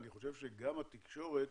אני חושב שגם התקשורת